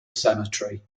cemetery